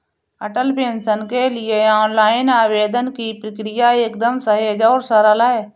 अटल pension के लिए online आवेदन की प्रक्रिया एकदम सहज और सरल है